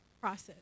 process